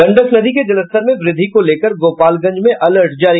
गंडक नदी के जलस्तर में वृद्धि को लेकर गोपालगंज में अलर्ट जारी